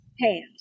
hand